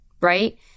right